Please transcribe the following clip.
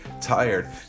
tired